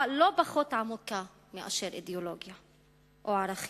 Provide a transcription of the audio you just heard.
לא פחות עמוקה מאשר אידיאולוגיה וערכים.